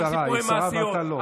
היא שרה, היא שרה, ואתה לא.